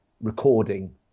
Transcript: recording